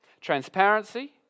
transparency